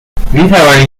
میتوانید